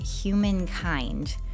humankind